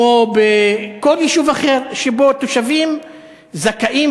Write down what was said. כמו בכל יישוב אחר שבו תושבים זכאים